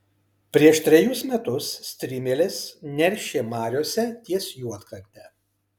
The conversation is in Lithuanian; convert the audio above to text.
prieš trejus metus strimelės neršė mariose ties juodkrante